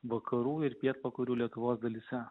vakarų ir pietvakarių lietuvos dalyse